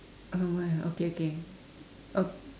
uh why okay okay oh